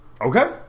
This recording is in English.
okay